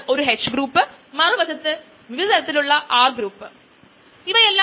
ഒരു ഇൻഹിബിറ്റർ പ്രധാനമായും ബന്ധിപ്പിക്കുന്നതെന്താണ്